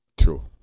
True